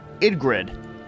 Idgrid